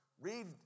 Read